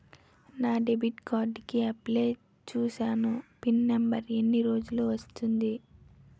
నా debit card కి apply చూసాను పిన్ నంబర్ ఎన్ని రోజుల్లో వస్తుంది?